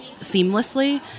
seamlessly